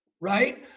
right